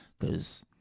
cause